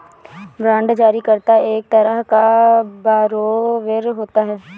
bond जारी करता एक तरह का बारोवेर होता है